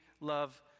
love